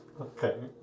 Okay